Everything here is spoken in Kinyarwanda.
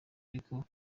ariko